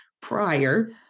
prior